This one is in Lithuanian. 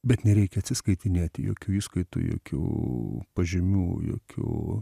bet nereikia atsiskaitinėti jokių įskaitų jokių pažymių jokių